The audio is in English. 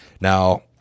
Now